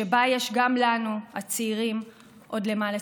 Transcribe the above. שבה יש גם לנו, הצעירים, עוד למה לצפות.